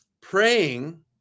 praying